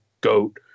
goat